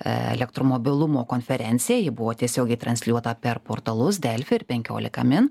elektromobilumo konferencija ji buvo tiesiogiai transliuota per portalus delfi ir penkiolika min